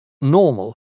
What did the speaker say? Normal